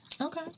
Okay